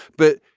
but